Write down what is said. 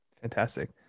Fantastic